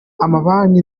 amabanki